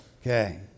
Okay